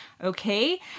Okay